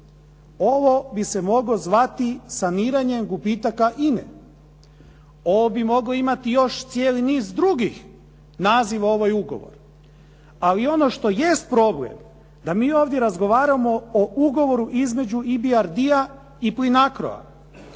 Ovo bi se moglo zvati saniranjem gubitaka INA-e. Ovo bi moglo imati još cijeli niz drugih naziva, ovaj ugovor. Ali ono što jest problem, da mi ovdje razgovaramo o ugovoru između EBRD-a i Plinacroa